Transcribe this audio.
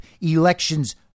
elections